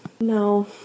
No